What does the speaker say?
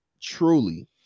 truly